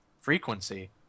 frequency